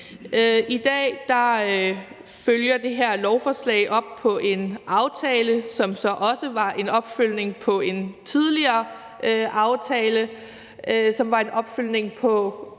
I dag følger det her lovforslag op på en aftale, som så også var en opfølgning på en tidligere aftale, som igen var en opfølgning på